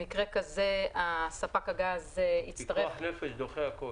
במקרה כזה ספק הגז יצטרך --- פיקוח נפש דוחה הכול.